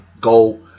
Go